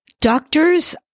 doctors